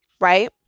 right